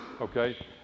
Okay